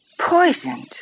Poisoned